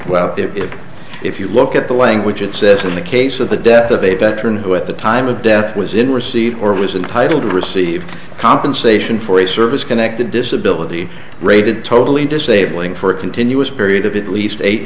but it if you look at the language it says in the case of the death of a veteran who at the time of death was in receipt or was entitle to receive compensation for a service connected disability rated totally disabling for a continuous period of at least eight